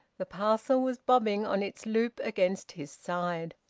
the parcel was bobbing on its loop against his side.